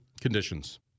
conditions